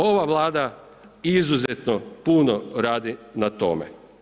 Ova Vlada izuzetno puno radi na tome.